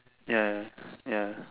ya ya ya